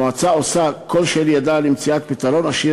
המועצה עושה כל שלאל ידה למציאת פתרון אשר